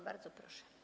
Bardzo proszę.